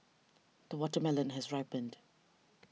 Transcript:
the watermelon has ripened